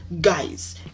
guys